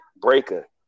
Breaker